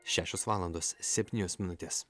šešios valandos septynios minutės